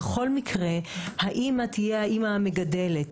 בכל מקרה האמא תהיה האמה המגדלת.